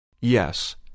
Yes